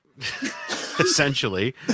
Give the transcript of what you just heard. essentially